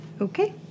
Okay